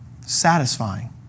satisfying